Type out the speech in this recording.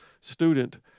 student